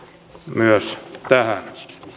myös tähän